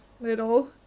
little